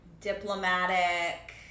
diplomatic